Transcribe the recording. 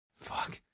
Fuck